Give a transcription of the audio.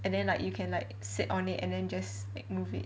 and then like you can like sit on it and then just like move it